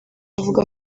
avuga